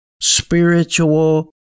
spiritual